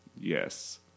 Yes